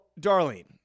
Darlene